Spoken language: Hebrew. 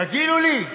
תגידו לי,